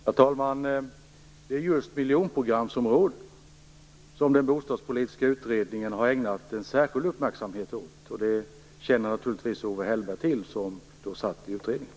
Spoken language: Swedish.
Herr talman! Det är just miljonprogramsområdena som den bostadspolitiska utredningen har ägnat särskild uppmärksamhet åt, och det känner naturligtvis Owe Hellberg till eftersom han satt med i utredningen.